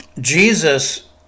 Jesus